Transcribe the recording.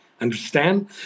Understand